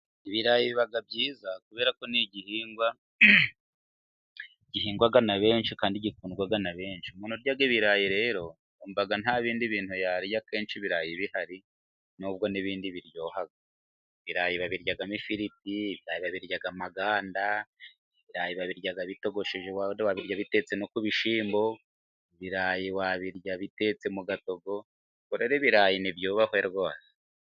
Ibirayi biba byiza kubera ko ni igihingwa gihingwaga na benshi, kandi gikundwa na benshi umuntu urya ibirayi rero yumva nta bindi bintu yarya akenshi ibirayi bihari, nubwo n'ibindi biryoha ibirayi babiryamo ifiriti, ibirayi babiryamo amaganda, ibirayi babirya bitogosheje, enda wabirya bitetse no ku bishyimbo, ibirayi wabirya bitetse mu gatotogo ibirarayi ntibyubahwe rwose.